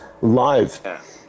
live